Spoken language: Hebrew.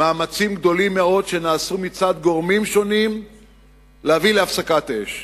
מאמצים גדולים מאוד שנעשו מצד גורמים שונים להביא להפסקת אש,